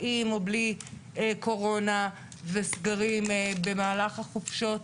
עם או בלי קורונה וסגרים במהלך החופשות,